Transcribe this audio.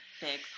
big